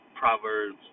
Proverbs